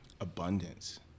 abundance